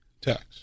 tax